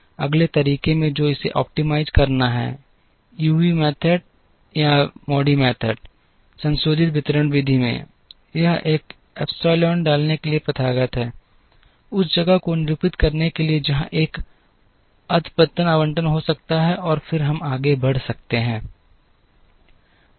अगले तरीके में जो इसे ऑप्टिमाइज़ करना है यूवी विधि या MODI विधि संशोधित वितरण विधि में यह एक ईप्सिलन डालने के लिए प्रथागत है उस जगह को निरूपित करने के लिए जहां एक अध पतन आवंटन हो सकता है और फिर हम आगे बढ़ते हैं